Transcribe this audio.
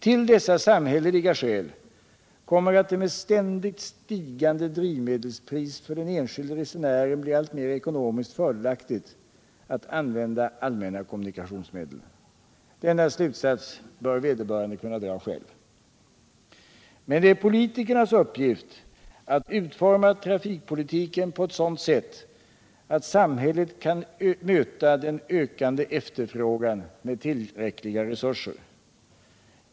Till dessa samhälleliga skäl kommer att det med ständigt stigande drivmedelspris för den enskilde resenären blir alltmer ekonomiskt fördelaktigt att använda allmänna kommunikationsmedel. Denna slutsats bör vederbörande kunna dra själv. Men det är politikernas uppgift att utforma trafikpolitiken på ett sådant sätt, att samhället kan möta den ökande efterfrågan med tillräckliga resurser.